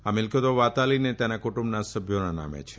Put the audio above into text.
આ મિલકતો વાતાલી અને તેના કુટુંબના સભ્યોના નામે છે